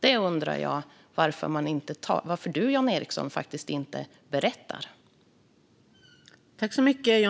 Jag undrar varför du, Jan Ericson, inte berättar detta.